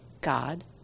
god